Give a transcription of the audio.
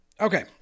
Okay